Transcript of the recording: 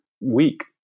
week